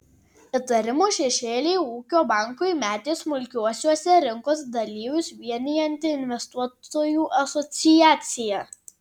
įtarimų šešėlį ūkio bankui metė smulkiuosiuose rinkos dalyvius vienijanti investuotojų asociacija